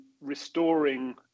restoring